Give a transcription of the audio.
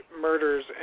murders